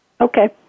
Okay